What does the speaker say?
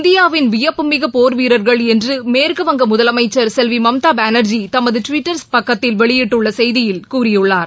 இந்தியாவின் விபப்புமிகு போர்வீரர்கள் என்று மேற்கு வங்க முதலமைச்சர் செல்வி மம்தா பானா்ஜி தமது டுவிட்டர் பக்கத்தில் வெளியிட்டுள்ள செய்தியில் கூறியுள்ளார்